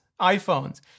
iPhones